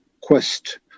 quest